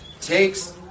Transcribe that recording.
takes